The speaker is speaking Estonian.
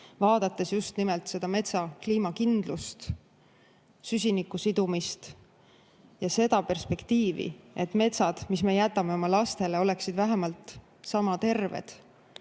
vaadates just nimelt seda metsa kliimakindlust, süsiniku sidumist ja seda perspektiivi, et metsad, mis me jätame oma lastele, oleksid vähemalt sama terved,